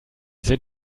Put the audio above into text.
sind